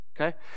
okay